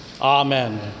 amen